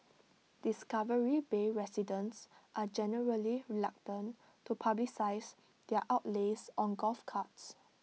discovery bay residents are generally reluctant to publicise their outlays on golf carts